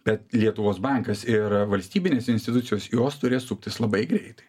bet lietuvos bankas ir valstybinės institucijos jos turės suktis labai greitai